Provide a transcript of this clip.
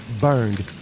burned